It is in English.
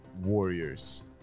warriors